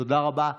תודה רבה.